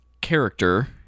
character